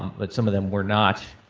um but some of them were not.